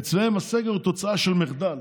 אצלם הסגר הוא תוצאה של מחדל,